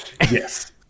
Yes